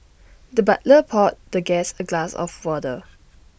the butler poured the guest A glass of water